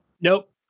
Nope